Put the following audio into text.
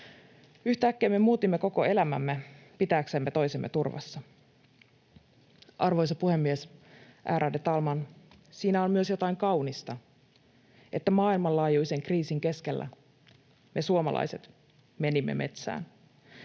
Yhtäkkiä me muutimme koko elämämme pitääksemme toisemme turvassa. Arvoisa puhemies, ärade talman! Siinä on myös jotain kaunista, että maailmanlaajuisen kriisin keskellä me suomalaiset menimme metsään.